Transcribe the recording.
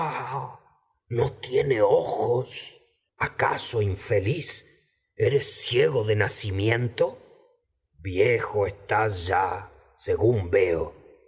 no tiene ojos acaso ya infeliz veo un eres pero ciego de nacimiento viejo de mí estás según